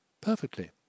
Perfectly